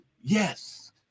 yes